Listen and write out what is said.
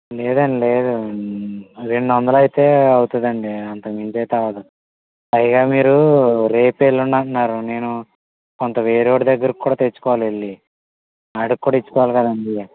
లేదండి లేదు రెండు వందలైతే అవుతుందండి అంతకుమించి అయితే అవ్వదు అయినా మీరు రేపు ఎల్లుండి అంటున్నారు నేను కొంత వేరే వాడి దగ్గర కూడా తెచ్చుకోవాలి వెళ్ళీ వాడికి కూడా ఇచ్చుకోవాలి కదండీ